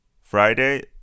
Friday